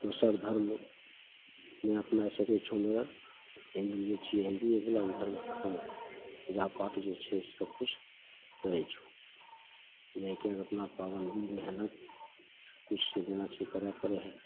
दोसर धर्म नहि अपनै सकै छौँ हमे आओर हिन्दू जे छिए हिन्दुएवला धर्मके पूजापाठ जे छै से सबकिछु करै छौँ नहि कि अपना अपना मेहनति किछु जेना छिए करै पड़ै हइ